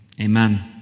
Amen